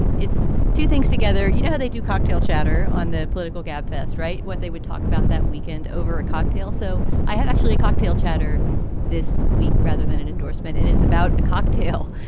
and it's two things together. you know how they do cocktail chatter on the political gabfest, gabfest, right? what they would talk about that weekend over a cocktail. so i had actually cocktail chatter this week rather than an endorsement. and it is about a cocktail.